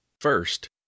First